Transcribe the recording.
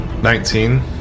Nineteen